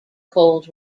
cold